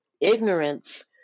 ignorance